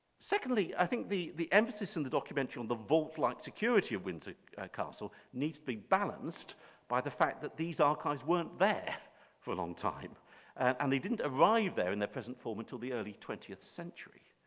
secondly, i think the the emphasis in the documentary, and the vault-like security of windsor castle needs to be balanced by the fact that these archives weren't there for a long time and they didn't arrive there in the present form until the early twentieth century.